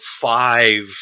five